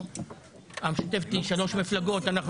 המשותפת היא שלוש מפלגות.